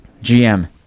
GM